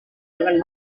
dengan